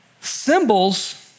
Symbols